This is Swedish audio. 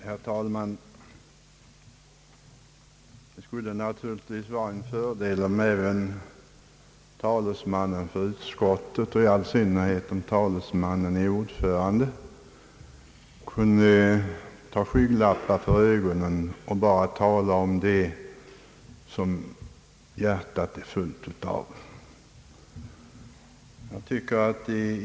Herr talman! Det skulle naturligtvis vara en fördel om även talesmannen för utskottet, i all synnerhet när talesmannen också är ordförande, kunde sätta skygglappar för ögonen och bara tala om det som hjärtat är fullt av.